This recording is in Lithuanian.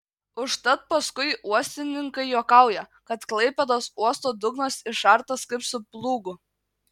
užtat paskui uostininkai juokauja kad klaipėdos uosto dugnas išartas kaip su plūgu